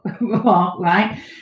right